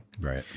Right